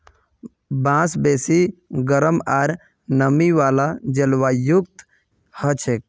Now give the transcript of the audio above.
बांस बेसी गरम आर नमी वाला जलवायुत हछेक